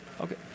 okay